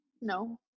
No